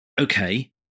okay